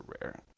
rare